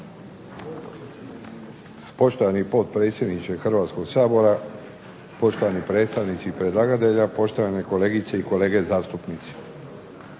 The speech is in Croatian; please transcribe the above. Poštovani potpredsjedniče Hrvatskog sabora, poštovani predstavnici predlagatelja, poštovane kolegice i kolege zastupnici.